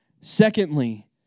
Secondly